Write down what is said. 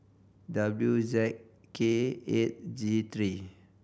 W Z K eight G three